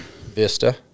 Vista